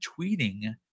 tweeting